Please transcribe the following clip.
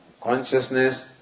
Consciousness